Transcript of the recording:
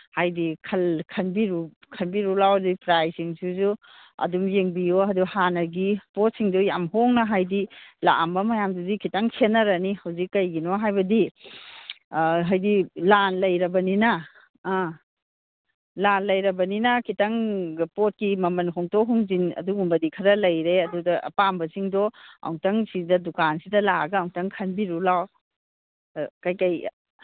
ꯍꯥꯏꯗꯤ ꯈꯟꯕꯤꯔꯨꯂꯥꯎ ꯑꯗꯒꯤ ꯄ꯭ꯔꯥꯏꯁꯁꯤꯡꯁꯨ ꯑꯗꯨꯝ ꯌꯦꯡꯕꯤꯌꯨ ꯑꯗꯨ ꯍꯥꯟꯅꯒꯤ ꯄꯣꯠꯁꯤꯡꯗꯣ ꯌꯥꯝ ꯍꯣꯡꯅ ꯍꯥꯏꯗꯤ ꯂꯥꯛꯑꯝꯕ ꯃꯌꯥꯝꯗꯨꯗꯩ ꯈꯤꯇꯪ ꯈꯦꯠꯅꯔꯅꯤ ꯍꯧꯖꯤꯛ ꯀꯩꯒꯤꯅꯣ ꯍꯥꯏꯕꯗꯤ ꯍꯥꯏꯗꯤ ꯂꯥꯟ ꯂꯩꯔꯕꯅꯤꯅ ꯑꯥ ꯂꯥꯟ ꯂꯩꯔꯕꯅꯤꯅ ꯈꯤꯇꯪ ꯄꯣꯠꯀꯤ ꯃꯃꯟ ꯍꯣꯡꯇꯣꯛ ꯍꯣꯡꯖꯤꯟ ꯑꯗꯨꯒꯨꯝꯕꯗꯤ ꯈꯔ ꯂꯩꯔꯦ ꯑꯗꯨꯗ ꯑꯄꯥꯝꯕꯁꯤꯡꯗꯣ ꯑꯝꯇꯪ ꯁꯤꯗ ꯗꯨꯀꯥꯟꯁꯤꯗ ꯂꯥꯛꯑꯒ ꯑꯝꯇꯪ ꯈꯟꯕꯤꯔꯨꯂꯥꯎ ꯑꯥ ꯀꯔꯤ ꯀꯔꯤ